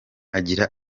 agira